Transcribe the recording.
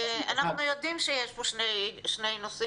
אנחנו יודעים שיש פה שני נושאים.